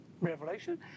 Revelation